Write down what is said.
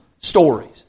stories